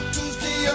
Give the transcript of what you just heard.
Tuesday